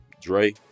Dre